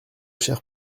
chers